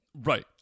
Right